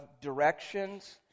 directions